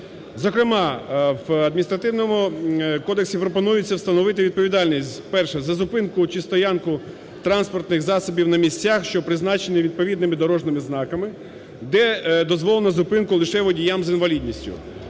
Зокрема, в Адміністративному кодексі пропонується встановити відповідальність: перше – за зупинку чи стоянку транспортних засобів на місцях, що призначені відповідними дорожніми знаками, де дозволено зупинку лише водіям з інвалідністю;